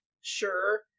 sure